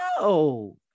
No